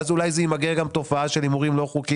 ואז אולי זה ימגר גם אולי תופעה של הימורים לא חוקיים.